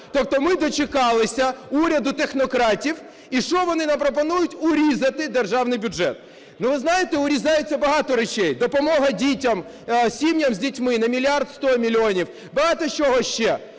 Тобто ми дочекалися уряду технократів, і що вони нам пропонують – урізати державний бюджет. Ну, ви знаєте, урізається багато речей: допомога дітям, сім'ям з дітьми на 1 мільярд 100 мільйонів, багато чого ще.